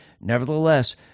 Nevertheless